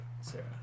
Sarah